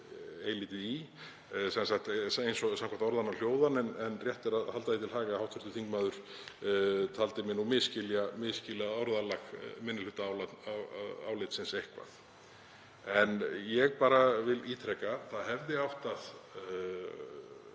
eilítið í, eins og samkvæmt orðanna hljóðan, en rétt er að halda því til haga að hv. þingmaður taldi mig misskilja orðalag minnihlutaálitsins eitthvað. Ég vil ítreka að það hefði átt að